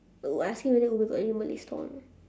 uh I asking whether ubi got any malay stall or not